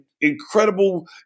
incredible